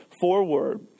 forward